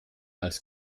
als